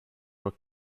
were